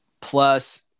plus